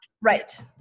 right